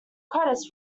credits